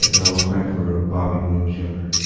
that i was crying for, ah, bobby when he was younger.